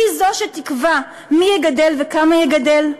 היא זו שתקבע מי יגדל וכמה יגדל,